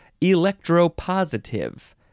electropositive